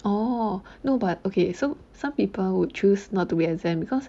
orh no but okay so some people would choose not to be exam because